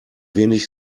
wenig